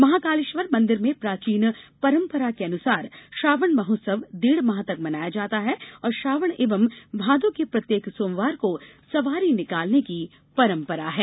महाकालेश्वर मंदिर में प्राचीन परपंरानुसार श्रावण महोत्सव डेढ माह तक मनाया जाता है और श्रावण एवं भादौ के प्रत्येक सोमवार को सवारी निकालने की परंपरा है